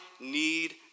need